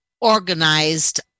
organized